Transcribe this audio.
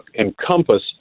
encompass